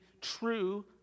true